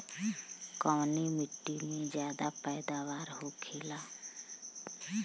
कवने मिट्टी में ज्यादा पैदावार होखेला?